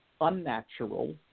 unnatural